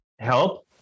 help